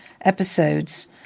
episodes